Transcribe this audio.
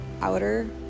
outer